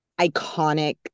iconic